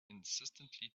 insistently